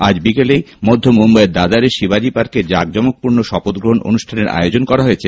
আজ বিকেলেই মধ্য মুম্বইয়ের দাদারে শিবাজী পার্কে জাঁকজমকপূর্ণ শপথগ্রহণ অনুষ্ঠানের আয়োজন করা হয়েছে